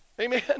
Amen